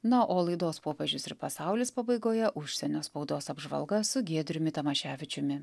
na o laidos popiežius ir pasaulis pabaigoje užsienio spaudos apžvalga su giedriumi tamaševičiumi